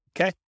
okay